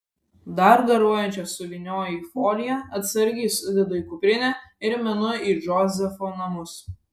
dar garuojančias suvynioju į foliją atsargiai sudedu į kuprinę ir minu į džozefo namus